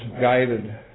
guided